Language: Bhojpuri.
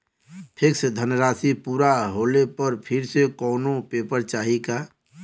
फिक्स धनराशी पूरा होले पर फिर से कौनो पेपर चाही का?